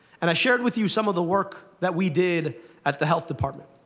and i shared with you some of the work that we did at the health department.